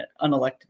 unelected